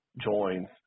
joins